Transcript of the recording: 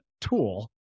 tool